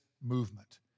movement